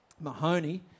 Mahoney